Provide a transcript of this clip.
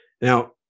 Now